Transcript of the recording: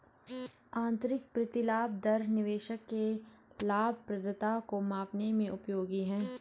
आंतरिक प्रतिलाभ दर निवेशक के लाभप्रदता को मापने में उपयोगी है